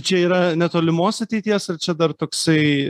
čia yra netolimos ateities ar čia dar toksai